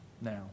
now